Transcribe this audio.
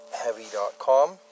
Heavy.com